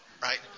Right